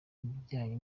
ibijyanye